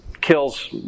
kills